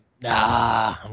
Nah